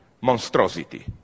monstrosity